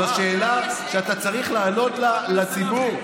זה למכור את האידיאולוגיה שלכם.